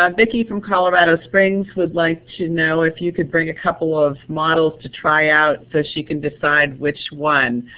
um vicki from colorado springs would like to know if you could bring a couple of models to try out so she can decide which one.